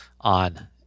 on